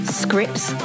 scripts